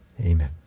Amen